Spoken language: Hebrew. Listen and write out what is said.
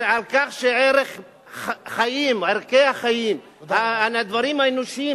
ערכי החיים, על הדברים האנושיים,